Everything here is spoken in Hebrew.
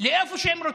לאיפה שהם רוצים.